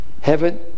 Heaven